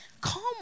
Come